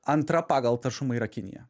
antra pagal taršumą yra kinija